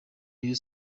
rayon